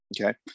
okay